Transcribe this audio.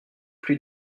plus